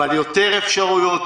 אבל יותר אפשרויות,